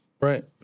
Right